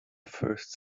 first